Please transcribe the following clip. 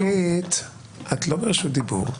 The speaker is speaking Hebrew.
אורית, את לא ברשות דיבור.